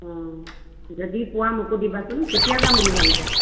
যদি পোৱা মোকো দিবাচোন কেতিয়া যাম বুলি ভাবিছা